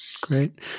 Great